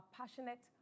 passionate